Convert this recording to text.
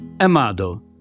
amado